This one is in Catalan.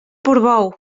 portbou